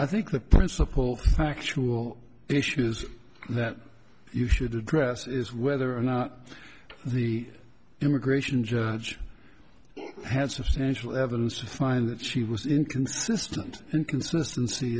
i think the principal factual issues that you should address is whether or not the immigration judge had substantial evidence to find that she was inconsistent and consistency